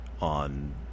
on